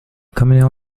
communion